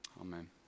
Amen